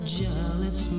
jealous